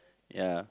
ya